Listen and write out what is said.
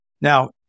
Now